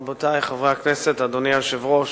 רבותי חברי הכנסת, אדוני היושב-ראש,